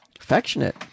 affectionate